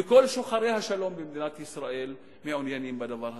וכל שוחרי השלום במדינת ישראל מעוניינים בדבר הזה.